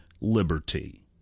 liberty